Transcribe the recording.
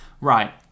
right